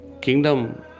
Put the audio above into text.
Kingdom